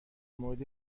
مورد